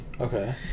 Okay